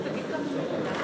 (נתוני חקיקה),